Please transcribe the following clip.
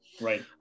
right